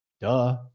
Duh